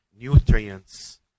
nutrients